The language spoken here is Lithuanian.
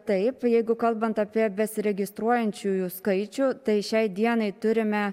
taip jeigu kalbant apie besiregistruojančiųjų skaičių tai šiai dienai turime